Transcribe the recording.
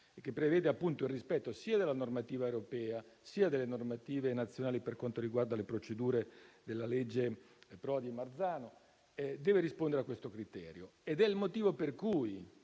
che prevede - appunto - il rispetto sia della normativa europea sia delle normative nazionali per quanto riguarda le procedure di cui alle leggi Prodi e Marzano, deve rispondere a tale criterio. È questo il motivo per cui